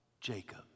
Jacob